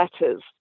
letters